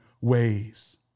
ways